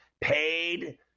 paid